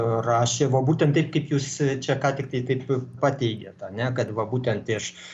rašė va būtent taip kaip jūs čia ką tiktai taip pateigėt ane kad va būtent iš